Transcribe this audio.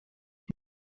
die